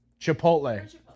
Chipotle